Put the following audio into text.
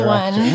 one